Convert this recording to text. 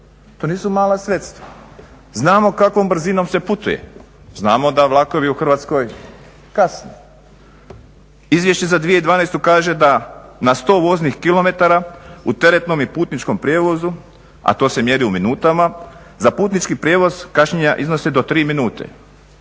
to nisu mala sredstva. Znamo kakvom se brzinom putuje, znamo da vlakovi u Hrvatskoj kasne. Izvješće za 2012.kaže da na 100 voznih kilometara u teretnom i putničkom prijevozu, a to se mjeri u minutama za putnički prijevoz kašnjenja iznose do 3 minuta,